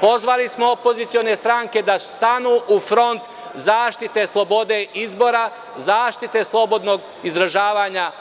Pozvali smo opozicione stranke da stanu u front zaštite slobode izbora, zaštite slobodnog izražavanja